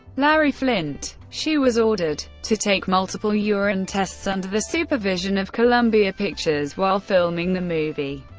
larry flynt. she was ordered to take multiple urine tests under the supervision of columbia pictures while filming the movie,